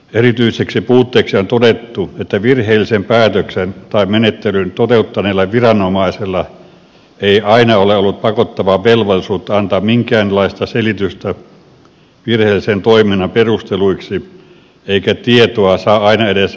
erityiseksi puutteeksi on todettu että virheellisen päätöksen tai menettelyn toteuttaneella viranomaisella ei aina ole ollut pakottavaa velvollisuutta antaa minkäänlaista selitystä virheellisen toiminnan perusteluiksi eikä tietoa saa aina edes päätöksen tekijöistä